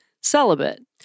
celibate